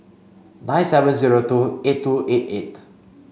nine seven zero two eight two eight eight